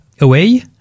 away